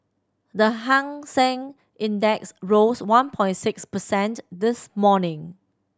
the Hang Seng Index rose one point six percent this morning